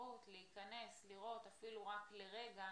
האפשרות להיכנס, לראות, אפילו רק לרגע,